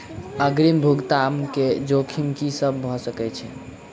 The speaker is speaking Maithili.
अग्रिम भुगतान केँ जोखिम की सब भऽ सकै हय?